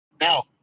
Now